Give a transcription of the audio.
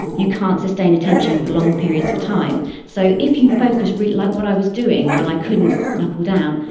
you can't sustain attention for long periods of time. so if you focus, like what i was doing when i couldn't knuckle down,